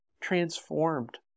transformed